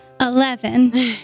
Eleven